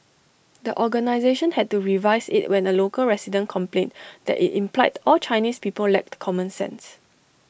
the organisation had to revise IT when A local resident complained that IT implied all Chinese people lacked common sense